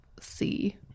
see